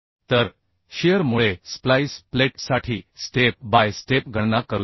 तर शिअर मुळे स्प्लाईस प्लेटसाठी स्टेप बाय स्टेप गणना करूया